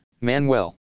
Manuel